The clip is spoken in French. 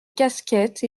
casquettes